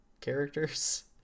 characters